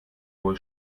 wohl